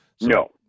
No